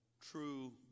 true